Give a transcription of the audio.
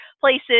places